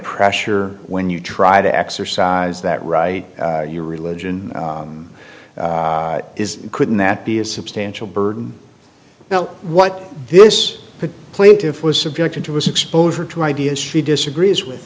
pressure when you try to exercise that right your religion is couldn't that be a substantial burden now what this plaintiff was subjected to was exposure to ideas she disagrees with